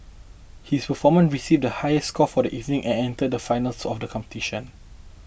his performance received the highest score for the evening and entered the finals of the competition